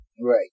Right